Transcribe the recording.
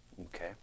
Okay